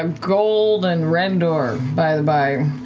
um gold and red door, by the by?